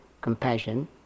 compassion